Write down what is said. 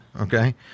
okay